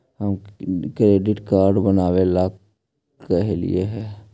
हम credit card बनावे ला कहलिऐ हे?